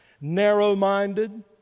narrow-minded